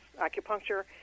acupuncture